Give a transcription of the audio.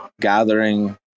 gathering